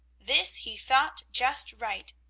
this he thought just right.